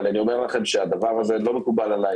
אבל הדבר הזה לא מקובל עליי.